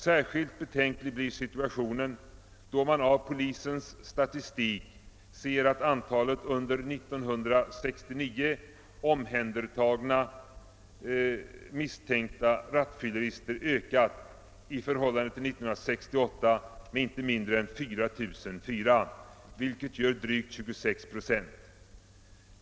Särskilt betänklig blir situationen då man av polisens statistik ser att antalet under 1969 omhändertagna misstänkta rattfyllerister ökat i förhållande till 1968 med inte mindre 4 004, vilket gör drygt 26 procent.